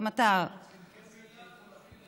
גם אתה, כל מילה, כל שאלה שמעתי.